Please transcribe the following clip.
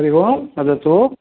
हरिः ओं वदतु